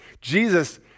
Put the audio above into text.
Jesus